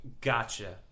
Gotcha